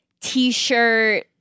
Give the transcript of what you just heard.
T-shirt